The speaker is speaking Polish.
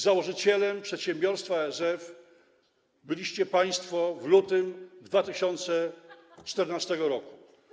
Założycielem przedsiębiorstwa ASF byliście państwo w lutym 2014 r.